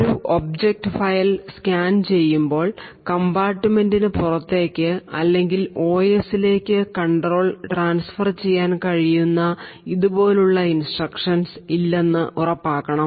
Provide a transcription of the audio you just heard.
ഒരു object file file scan ചെയ്യുമ്പോൾ കംപാർട്മെന്റിനു പുറത്തേക്ക് അല്ലെങ്കിൽ os ലേക് കണ്ട്രോൾ ട്രാന്സ്ഫെർ ചെയ്യാൻ കഴിയുന്ന ഇതുപോലുള്ള ഇൻസ്ട്രുക്ഷൻസ് ഇല്ലെന്ന് ഉറപ്പാക്കണം